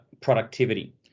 productivity